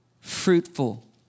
fruitful